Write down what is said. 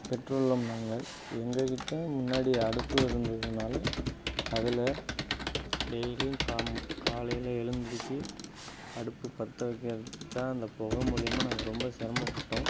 பெற்றுள்ளோம் நாங்கள் எங்ககிட்ட முன்னாடி அடுப்பு இருந்ததனால அதில் டெய்லியும் காம் காலையில் எழுந்துருச்சு அடுப்பு பற்ற வைக்க வச்சால் அந்த புக மூலயமா நாங்கள் ரொம்ப சிரமப்பட்டோம்